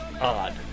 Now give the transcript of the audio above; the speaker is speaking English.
odd